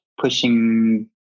pushing